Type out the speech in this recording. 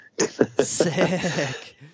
Sick